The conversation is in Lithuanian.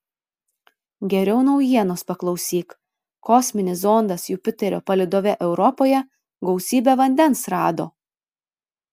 geriau naujienos paklausyk kosminis zondas jupiterio palydove europoje gausybę vandens rado